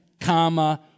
comma